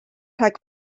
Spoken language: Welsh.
rhag